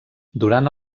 durant